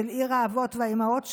של עיר האבות והאימהות שלנו,